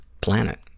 planet